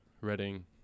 Reading